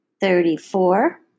thirty-four